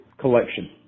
collection